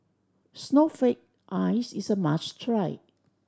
snowflake ice is a must try